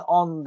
on